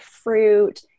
fruit